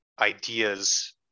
ideas